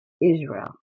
Israel